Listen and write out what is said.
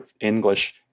English